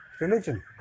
religion